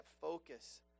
focus